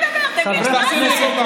גברתי, אל מי אתה מדבר, תגיד לי?